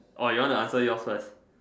or you want to answer yours first